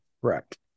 Correct